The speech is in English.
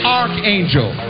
archangel